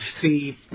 see